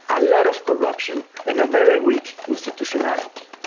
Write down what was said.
a lot of corruption, and a very weak institutionality.